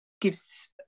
gives